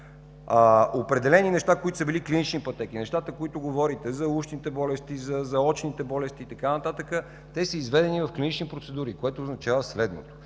Определени неща, които са били клинични пътеки, нещата, за които говорите – за ушните болести, за очните болести и така нататък, те са изведени в клинични процедури, което означава следното: